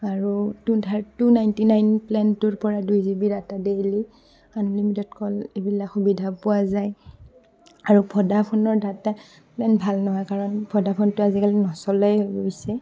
আৰু two thirty two ninety nine প্লেনটোৰ পৰা দুই GB data daily unlimited call এইবিলাক সুবিধা পোৱা যায় আৰু ভোদাফোনৰ ডাটা ইমান ভাল নহয় কাৰণ ভোদাফোনটো আজিকালি নচলাই হৈছে